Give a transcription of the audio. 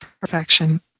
perfection